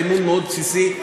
באמון מאוד בסיסי,